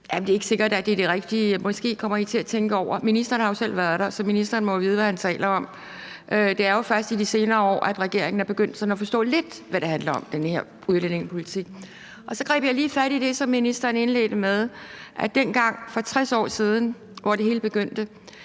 at det ikke er sikkert, at det er det rigtige, og at man måske kommer til at tænke over det – at ministeren jo selv har været der. Så ministeren må jo vide, hvad han taler om. Det er jo først i de senere år, at regeringen er begyndt sådan at forstå lidt af, hvad den her udlændingepolitik handler om. Jeg greb lige fat i det, som ministeren indledte med, at dengang for 60 år siden, hvor det hele begyndte,